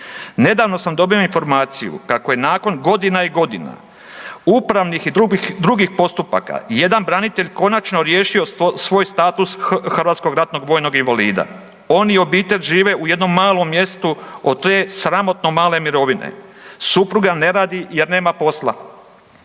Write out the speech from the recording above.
Nedavno sam dobio informaciju kako je nakon godina i godina upravnih i drugih postupaka jedan branitelj konačno riješio svoj status hrvatskog ratnog vojnog invalida. On i obitelj žive u jednom malom mjestu od te sramotno male mirovine. Supruga ne radi jer nema posla.